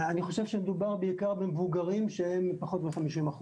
מדובר בעיקר במבוגרים שהם פחות מ-50%.